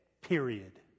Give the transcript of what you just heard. Period